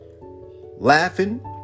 laughing